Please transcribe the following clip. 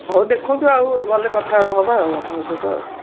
ହଉ ଦେଖନ୍ତୁ ଆଉ ଗଲେ କଥାବାର୍ତ୍ତା ହେବା ଆଉ ଆପଣଙ୍କ ସହିତ ଆଉ